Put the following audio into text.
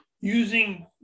using